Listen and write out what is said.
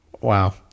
Wow